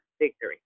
Victory